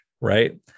right